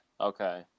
Okay